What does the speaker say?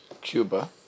Cuba